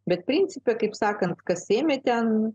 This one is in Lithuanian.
bet principe kaip sakant kas ėmė ten